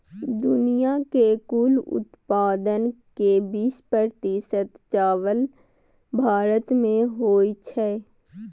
दुनिया के कुल उत्पादन के बीस प्रतिशत चावल भारत मे होइ छै